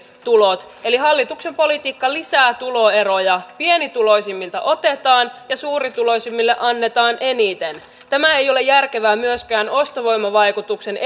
tulot eli hallituksen politiikka lisää tuloeroja pienituloisimmilta otetaan ja suurituloisimmille annetaan eniten tämä ei ole järkevää myöskään ostovoimavaikutuksen